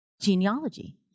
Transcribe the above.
genealogy